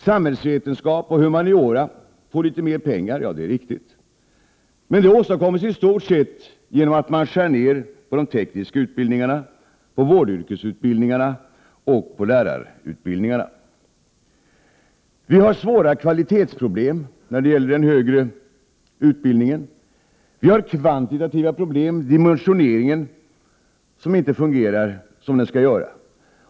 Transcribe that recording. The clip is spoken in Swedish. Det är riktigt att forskning och humaniora får litet mer pengar, men det åstadkommes i stort sett genom att man skär ned på de tekniska utbildningarna, vårdyrkesutbildningarna och lärarutbildningarna. Vi har svåra kvalitetsproblem när det gäller den högre utbildningen. Vi har kvantitativa problem. Dimensioneringen fungerar inte som den skall göra.